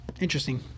Interesting